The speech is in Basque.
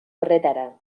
horretara